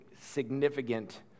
significant